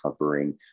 covering